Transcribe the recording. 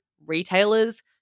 retailers